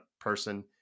person